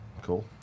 cool